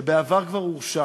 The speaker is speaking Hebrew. שבעבר כבר הורשע